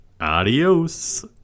Adios